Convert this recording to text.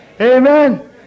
Amen